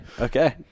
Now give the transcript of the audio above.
Okay